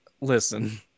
listen